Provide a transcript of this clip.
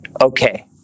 okay